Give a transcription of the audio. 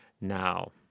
now